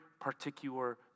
particular